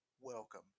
welcome